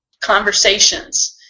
conversations